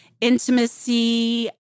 intimacy